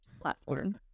platform